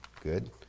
good